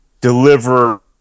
deliver